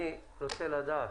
אני רוצה לדעת,